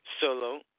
solo